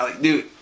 dude